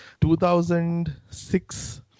2006